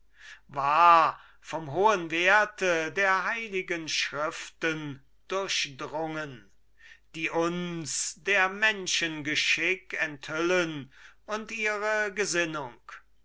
war vom hohen werte der heiligen schriften durchdrungen die uns der menschen geschick enthüllen und ihre gesinnung